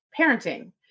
parenting